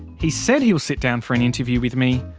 he's said he will sit down for an interview with me,